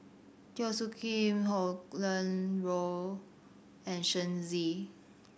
Teo Soon Kim Roland Goh and Shen Xi